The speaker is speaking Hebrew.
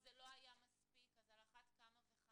זה לא היה מספיק, אז על אחת כמה וכמה.